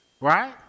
Right